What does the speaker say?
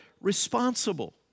responsible